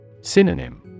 Synonym